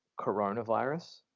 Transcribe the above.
coronavirus